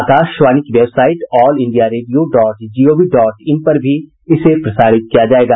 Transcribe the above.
आकाशवाणी की website all India radio dot GOV dot in पर भी इसे प्रसारित किया जाएगा